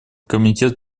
комитет